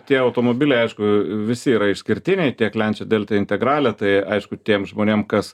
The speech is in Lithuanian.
tie automobiliai aišku visi yra išskirtiniai tiek lancia delta integrale tai aišku tiem žmonėm kas